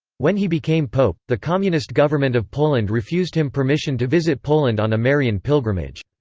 when he became pope, the communist government of poland refused him permission to visit poland on a marian pilgrimage.